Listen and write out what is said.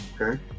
Okay